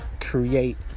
create